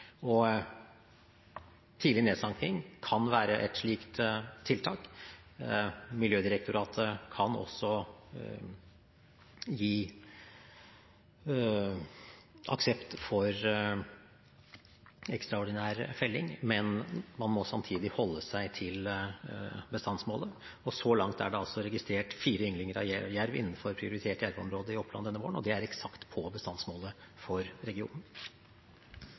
Tidlig nedsanking kan være et slikt tiltak. Miljødirektoratet kan også gi aksept for ekstraordinær felling, men man må samtidig holde seg til bestandsmålet. Så langt er det altså registrert fire ynglinger av jerv innenfor prioritert jerveområde i Oppland denne våren, og det er eksakt på bestandsmålet for regionen.